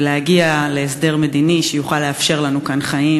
ולהגיע להסדר מדיני שיוכל לאפשר לנו כאן חיים